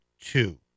two